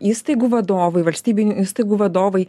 įstaigų vadovai valstybinių įstaigų vadovai